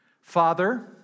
Father